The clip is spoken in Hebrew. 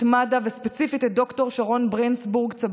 את מד"א וספציפית את ד"ר שרון ברינסבוג-צברי,